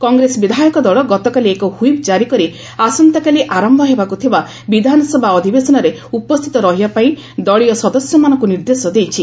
କଂଗ୍ରେସ ବିଧାୟକ ଦଳ ଗତକାଲି ଏକ ହି୍ୱପ୍ ଜାରି କରି ଆସନ୍ତାକାଲି ଆରମ୍ଭ ହେବାକୁଥିବା ବିଧାନସଭା ଅଧିବେଶନରେ ଉପସ୍ଥିତ ରହିବାପାଇଁ ଦଳୀୟ ସଦସ୍ୟମାନଙ୍କୁ ନିର୍ଦ୍ଦେଶ ଦେଇଛି